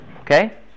Okay